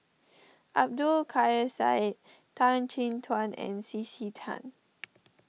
Abdul Kadir Syed Tan Chin Tuan and C C Tan